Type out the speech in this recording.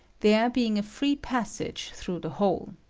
there being a free passage through the whole.